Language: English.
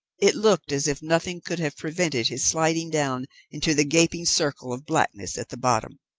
it looked as if nothing could have prevented his sliding down into the gaping circle of blackness at the bottom.